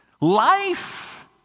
life